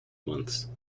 months